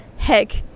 Heck